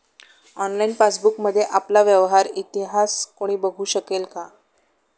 Online पासबुकमध्ये आपला व्यवहार इतिहास कोणी बघु शकेल का?